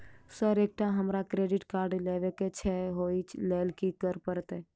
Sir एकटा हमरा credit card लेबकै छैय ओई लैल की करऽ परतै?